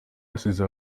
asize